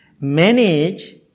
Manage